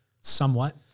Somewhat